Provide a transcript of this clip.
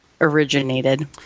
originated